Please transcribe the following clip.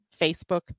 Facebook